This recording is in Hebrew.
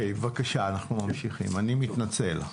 אנחנו ממשיכים, אני מתנצל.